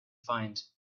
find